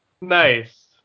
Nice